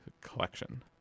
collection